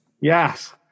Yes